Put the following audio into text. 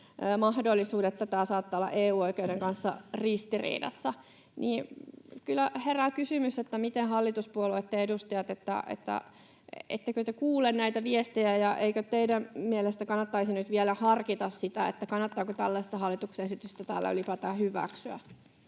mahdollisuuden, että tämä saattaa olla EU-oikeuden kanssa ristiriidassa. Kyllä herää kysymys, että ettekö te hallituspuolueitten edustajat kuule näitä viestejä ja eikö teidän mielestänne kannattaisi nyt vielä harkita sitä, kannattaako tällaista hallituksen esitystä täällä ylipäätään hyväksyä.